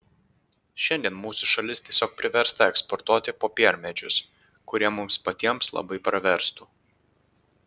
šiandien mūsų šalis tiesiog priversta eksportuoti popiermedžius kurie mums patiems labai praverstų